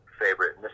favorite